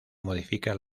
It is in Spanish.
modifica